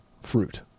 fruit